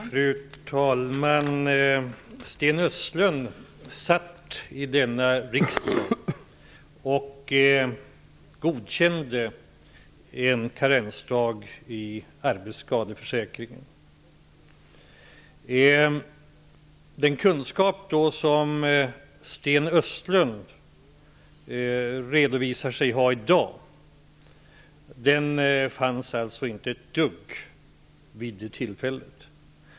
Fru talman! Sten Östlund satt i denna riksdag och godkände en karensdag i arbetsskadeförsäkringen. Den kunskap som Sten Östlund redovisar att han har i dag hade han således inte ett dugg av vid det tillfället.